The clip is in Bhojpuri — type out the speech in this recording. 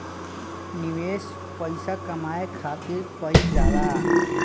निवेश पइसा कमाए खातिर कइल जाला